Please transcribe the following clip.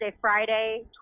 Friday